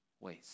ways